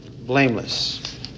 blameless